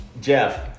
Jeff